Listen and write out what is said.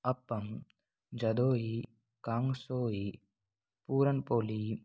अप्पम जदोही कांग सोई पूरन पोली